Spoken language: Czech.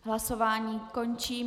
Hlasování končím.